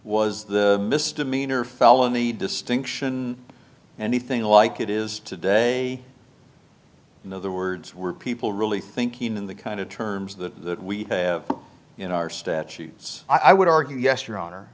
was the misdemeanor or felony distinction anything like it is today in other words were people really thinking in the kind of terms the we have in our statutes i would argue yes your honor